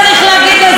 הסכם הקולנוע,